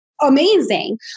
amazing